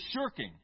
shirking